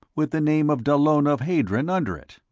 with the name of dallona of hadron under it.